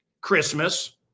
Christmas